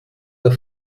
der